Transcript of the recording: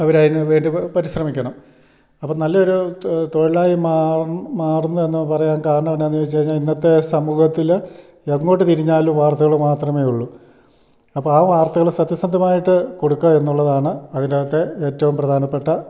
അവർ അതിന് വേണ്ടി പരിശ്രമിക്കണം അപ്പം നല്ല ഒരു തൊഴിലായി മാറും മാറുന്നു എന്ന് പറയാൻ കാരനാം എന്നാന്ന് ചോദിച്ചു കഴിഞ്ഞാൽ ഇന്നത്തെ സമൂഹത്തിൽ എങ്ങോട്ട് തിരിഞ്ഞാലും വാർത്തകൾ മാത്രമേ ഉള്ളൂ അപ്പം വാർത്തകൾ സത്യസന്ധമായിട്ട് കൊടുക്കാൻ എന്നുള്ളതാണ് അതിൻറ്റാത്തെ ഏറ്റവും പ്രധാനപ്പെട്ട